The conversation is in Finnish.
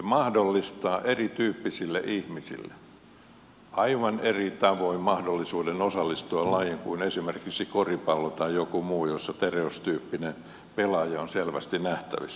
ne antavat erityyppisille ihmisille aivan eri tavoin mahdollisuuden osallistua lajiin kuin esimerkiksi koripallo tai joku muu jossa stereotyyppinen pelaaja on selvästi nähtävissä